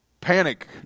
panic